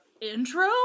intro